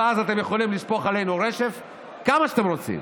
ואז אתם יכולים לשפוך עלינו רפש כמה שאתם רוצים,